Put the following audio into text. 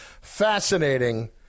fascinating